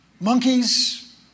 monkeys